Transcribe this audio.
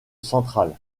centrale